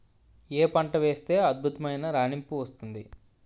ఏ పంట వేస్తే అద్భుతమైన రాణింపు వస్తుంది?